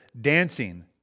dancing